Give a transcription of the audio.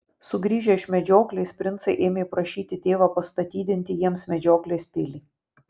sugrįžę iš medžioklės princai ėmė prašyti tėvą pastatydinti jiems medžioklės pilį